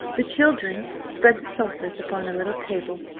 the children spread the sulphurs upon a little table,